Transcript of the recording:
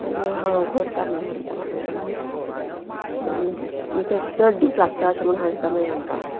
मागीर आ हांव करता म्हणून सांगता मागीर आनी चड दीस लागता अशें म्हणून सांगता मागीर तांकां हांव